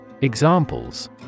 Examples